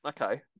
Okay